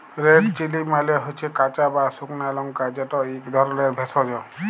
red chilli মালে হচ্যে কাঁচা বা সুকনা লংকা যেট ইক ধরলের ভেষজ